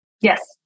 Yes